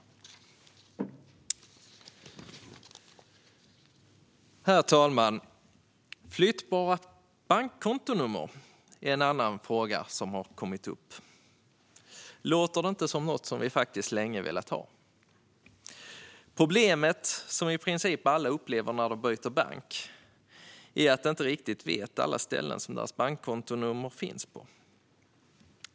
Herr talman! Flyttbara bankkontonummer är en annan fråga som har kommit upp. Låter det inte som något vi faktiskt länge velat ha? Problemet som i princip alla upplever när de byter bank är att man inte riktigt vet alla ställen som ens bankkontonummer finns på.